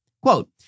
Quote